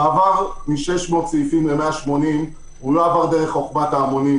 המעבר מ-600 סעיפים ל-180 לא עבר דרך חכמת ההמונים,